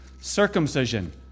Circumcision